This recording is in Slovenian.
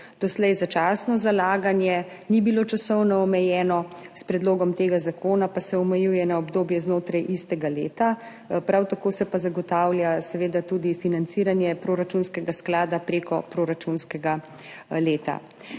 Doslej začasno zalaganje ni bilo časovno omejeno. S predlogom tega zakona pa se omejuje na obdobje znotraj istega leta. Prav tako se pa zagotavlja seveda tudi financiranje proračunskega sklada preko proračunskega leta.